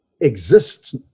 Exists